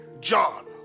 John